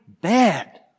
bad